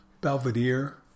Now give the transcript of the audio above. Belvedere